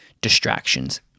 distractions